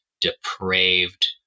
depraved